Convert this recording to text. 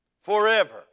Forever